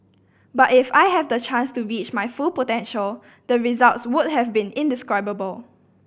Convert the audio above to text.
but if I had the chance to reach my full potential the results would have been indescribable